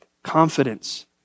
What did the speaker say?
confidence